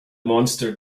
monster